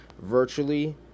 virtually